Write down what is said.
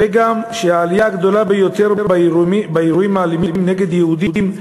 גם העלייה הגדולה ביותר באירועים האלימים נגד יהודים,